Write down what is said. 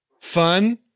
fun